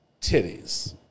titties